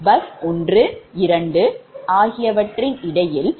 bus 1 2 இடையில் j0